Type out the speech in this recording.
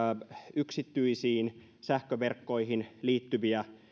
yksityisiin sähköverkkoihin liittyviä